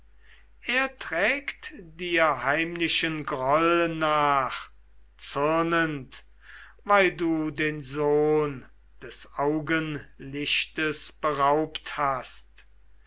er trägt dir heimlichen groll nach zürnend weil du den sohn des augenlichtes beraubt hast